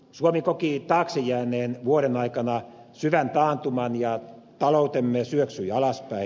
suomi koki taakse jääneen vuoden aikana syvän taantuman ja taloutemme syöksyi alaspäin